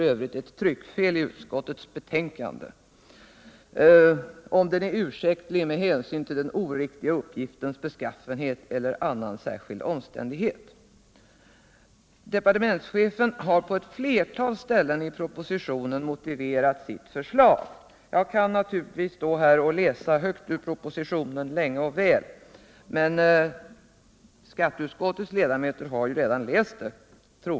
ö. ett tryckfel i utskottets betänkande - med hänsyn till den oriktiga uppgiftens beskaffenhet eller annan särskild omständighet. Departementschefen har på ett flertal ställen i propositionen motiverat sitt förslag. Jag kan naturligtvis läsa högt ur propositionen länge och väl, men skatteutskottets ledamöter har redan läst-den.